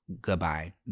goodbye